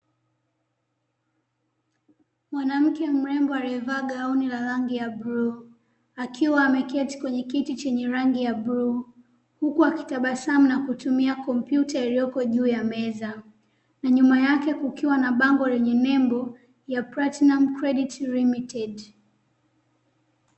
Mwanamke mrembo alievaa gauni la rangi ya bluu, ,akiwa ameketi kwenye kiti chenye rangi ya bluu huku akitabasamu na kutumia kompyuta iliyopo juu ya meza. Na nyuma yake kukiwa na bango lenye nembo ya Platinum Credit Limited.